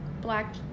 black